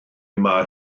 mae